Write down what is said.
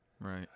Right